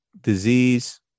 disease